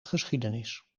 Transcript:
geschiedenis